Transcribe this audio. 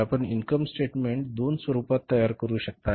तर आपण income statement दोन स्वरूपात तयार करू शकता